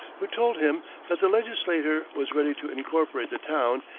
who told him that the legislature was ready to incorporate the town,